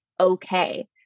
okay